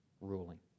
ruling